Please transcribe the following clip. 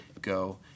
go